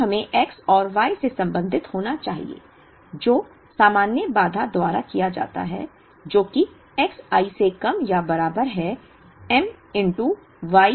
तो हमें X और Y से संबंधित होना चाहिए जो सामान्य बाधा द्वारा किया जाता है जो कि X i से कम या बराबर है M Y i